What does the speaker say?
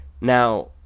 Now